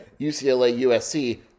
UCLA-USC